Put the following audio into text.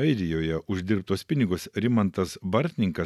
airijoje uždirbtus pinigus rimantas bartninkas